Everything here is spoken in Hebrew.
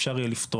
אפשר יהיה לפתוח,